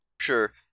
Sure